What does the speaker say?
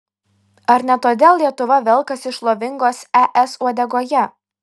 ar ne todėl lietuva velkasi šlovingos es uodegoje